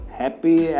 happy